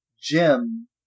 Jim